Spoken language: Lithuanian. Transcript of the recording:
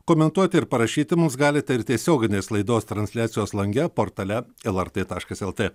komentuoti ir parašyti mums galite ir tiesioginės laidos transliacijos lange portale lrt taškas lt